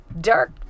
dark